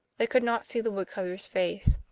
they could not see the woodcutter's face.